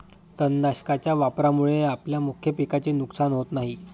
तणनाशकाच्या वापरामुळे आपल्या मुख्य पिकाचे नुकसान होत नाही